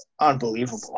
unbelievable